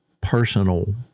personal